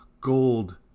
Gold